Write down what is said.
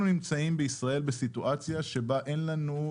אנחנו נמצאים בישראל בסיטואציה שבה אין לנו,